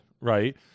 right